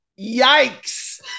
yikes